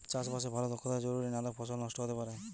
চাষে বাসে ভালো দক্ষতা জরুরি নালে ফসল নষ্ট হতে পারে